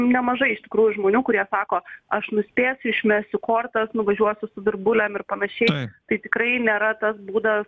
nemažai iš tikrųjų žmonių kurie sako aš nuspėsiu išmesiu kortas nuvažiuosiu su virbulėm ir panašiai tai tikrai nėra tas būdas